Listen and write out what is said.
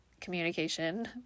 communication